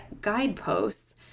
guideposts